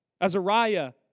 Azariah